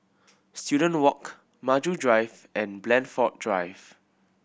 Student Walk Maju Drive and Blandford Drive